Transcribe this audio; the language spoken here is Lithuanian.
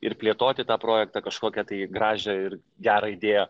ir plėtoti tą projektą kažkokią tai gražią ir gerą idėją